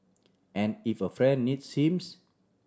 and if a friend needs him